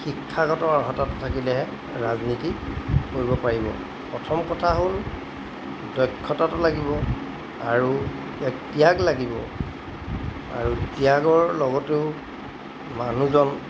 শিক্ষাগত অৰ্হতা থাকিলেহে ৰাজনীতি কৰিব পাৰিব প্ৰথম কথা হ'ল দক্ষতাটো লাগিব আৰু এক ত্যাগ লাগিব আৰু ত্যাগৰ লগতেও মানুহজন